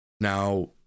Now